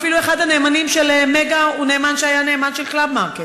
אחד הנאמנים של "מגה" היה נאמן של "קלאב מרקט".